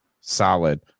solid